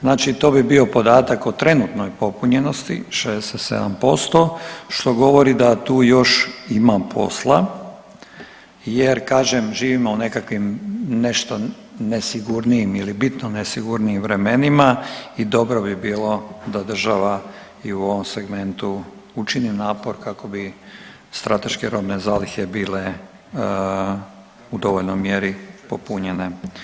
Znači to bi bio podatak o trenutnoj popunjenosti, 67%, što govori da tu još ima posla jer kažem, živimo u nekakvim, nešto nesigurnijim ili bitno nesigurnijim vremenima i dobro bi bilo da država i u ovom segmentu učini napor kako bi strateške robne zalihe bile u dovoljnoj mjeri popunjene.